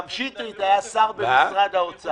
גם שטרית היה שר במשרד האוצר.